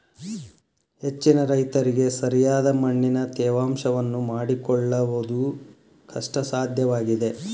ಹೆಚ್ಚಿನ ರೈತರಿಗೆ ಸರಿಯಾದ ಮಣ್ಣಿನ ತೇವಾಂಶವನ್ನು ಮಾಡಿಕೊಳ್ಳವುದು ಕಷ್ಟಸಾಧ್ಯವಾಗಿದೆ